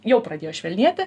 jau pradėjo švelnėti